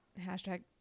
hashtag